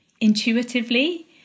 intuitively